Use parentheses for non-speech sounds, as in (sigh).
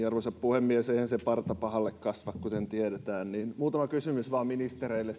(unintelligible) arvoisa puhemies eihän se parta pahalle kasva kuten tiedetään muutama kysymys vain ministereille (unintelligible)